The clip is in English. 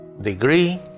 degree